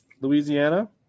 Louisiana